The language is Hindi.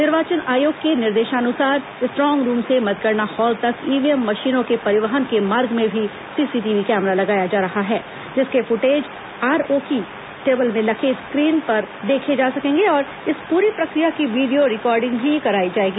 निर्वाचन आयोग के निर्देशानुसार स्ट्रांग रूम से मतगणना हॉल तक ईवीएम मशीनों के परिवहन के मार्ग में भी सीसीटीवी कैमरा लगाया जा रहा है जिसके फूटेज आरओकी टेबल में लगे स्क्रीन पर देखे जा सकेंगे और इस पूरी प्रक्रिया की वीडियो रिकॉर्डिंग भी करायी जाएगी